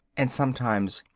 and sometimes,